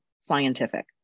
scientific